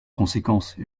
conséquence